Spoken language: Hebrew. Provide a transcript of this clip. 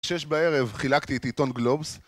שש בערב חילקתי את עיתון גלובס